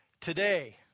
today